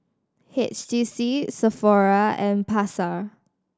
H T C Sephora and Pasar